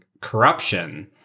corruption